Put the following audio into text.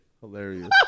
hilarious